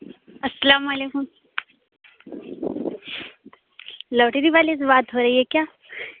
السلام علیکم لانڈری والے سے بات ہو رہی ہے کیا